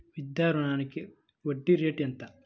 విద్యా రుణానికి వడ్డీ రేటు ఎంత?